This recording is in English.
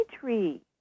tree